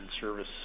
service